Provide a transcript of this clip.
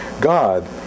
God